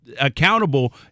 accountable